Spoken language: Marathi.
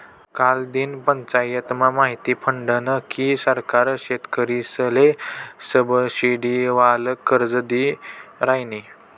कालदिन पंचायतमा माहिती पडनं की सरकार शेतकरीसले सबसिडीवालं कर्ज दी रायनी